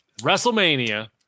WrestleMania